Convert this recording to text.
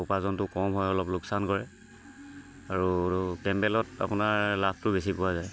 উপাৰ্জনটো কম হয় অলপ লোকচান কৰে আৰু কেম্বেলত আপোনাৰ লাভটো বেছি পোৱা যায়